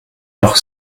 noch